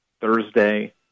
Thursday